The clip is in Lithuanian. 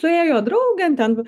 suėjo draugėm ten